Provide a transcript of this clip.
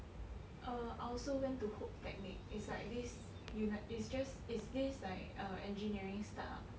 err I also went to Hoop Technique it's like this uni~ is just is this like err engineering startup